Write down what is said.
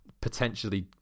potentially